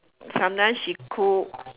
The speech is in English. sometimes she cook